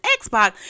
Xbox